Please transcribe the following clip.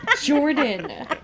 Jordan